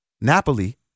Napoli